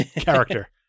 character